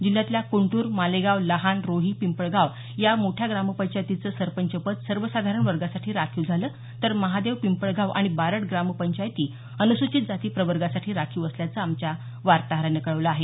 जिल्ह्यातल्या कुंटूर मालेगाव लहान रोही पिंपळगाव या मोठ्या ग्राम पंचायतीच सरपंच पद सर्व साधारण वर्गासाठी राखीव झालं तर महादेव पिंपळगाव आणि बारड ग्रामपंचायती अनुसूचित जाती प्रवर्गासाठी राखीव असल्याचं आमच्या वार्ताहरानं कळवलं आहे